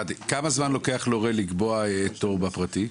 כמה זמן לוקח להורה לקבוע תור בפרטי?